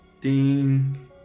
ding